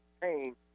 pain